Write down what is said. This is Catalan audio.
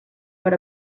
per